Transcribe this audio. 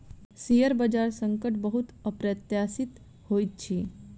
share बजार संकट बहुत अप्रत्याशित होइत अछि